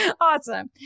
Awesome